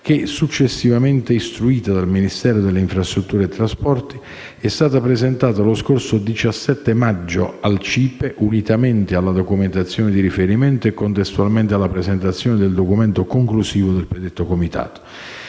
che, successivamente istruita dal Ministero delle infrastrutture e dei trasporti, è stata presentata lo scorso 17 maggio al CIPE unitamente alla documentazione di riferimento e contestualmente alla presentazione del documento conclusivo del predetto comitato,